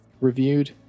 reviewed